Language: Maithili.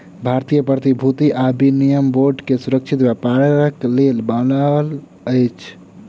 भारतीय प्रतिभूति आ विनिमय बोर्ड सुरक्षित व्यापारक लेल बनल अछि